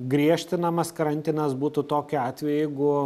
griežtinamas karantinas būtų tokiu atveju jeigu